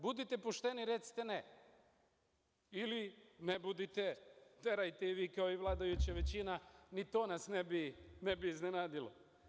Budite pošteni i recite ne, ili ne budite, terajte i vi kao i vladajuća većina ni to nas ne bi iznenadilo.